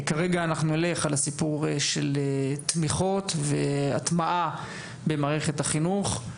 כרגע אנחנו נלך על הסיפור של תמיכות והטמעה במערכת החינוך.